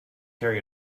carry